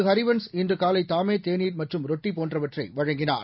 ஹரிவன்ஷ் சிங் இன்று காலை தாமே தேனீர் மற்றும் ரொட்டி போன்றவற்றை வழங்கினார்